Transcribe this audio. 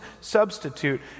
substitute